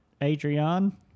Adrian